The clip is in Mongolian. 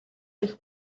хийх